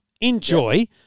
Enjoy